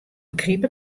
begryp